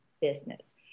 business